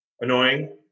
Annoying